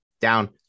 Down